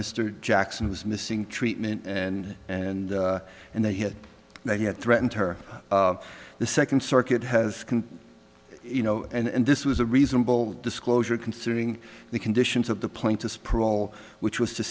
mr jackson was missing treatment and and and they had they had threatened her the second circuit has you know and this was a reasonable disclosure considering the conditions of the plant to sprawl which was to